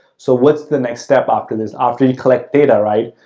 so, what's the next step after this? after you collect data, right,